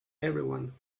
everyone